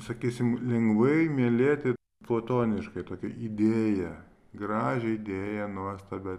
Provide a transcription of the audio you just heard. sakysim lengvai mylėti platoniškai tokią idėją gražią idėją nuostabią